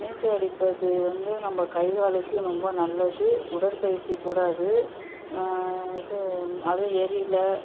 நீச்சல் அடிப்பது வந்து நம்ப கை காலுக்கு ரொம்ப நல்லது உடற்பயிற்சிக் கூட அது இது அதுவும் ஏரியில்